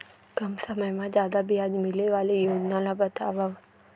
कम समय मा जादा ब्याज मिले वाले योजना ला बतावव